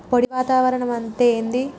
పొడి వాతావరణం అంటే ఏంది?